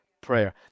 prayer